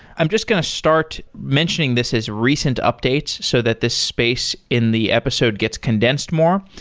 i'm just going to start mentioning this as recent updates so that this space in the episode gets condensed more.